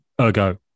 Ergo